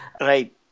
Right